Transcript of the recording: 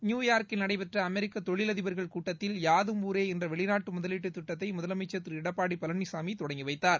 நியூயார்க்கில் நடைபெற்ற அமெரிக்க தொழிலதிபர்கள் கூட்டத்தில் யாதம் ஊரே என்ற வெளிநாட்டு முதலீட்டு திட்டத்தை முதலமைச்சர் திரு எடப்பாடி பழனிசாமி தொடங்கி வைத்தார்